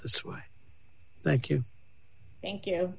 this way thank you thank you